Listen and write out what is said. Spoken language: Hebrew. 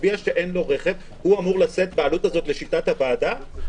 מצביע שאין לו רכב אמור לשאת בעלות הזו לשיטת הוועדה?